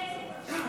נגד.